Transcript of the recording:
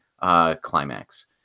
Climax